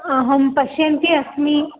अहं पश्यन्ती अस्मि